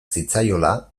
zitzaiola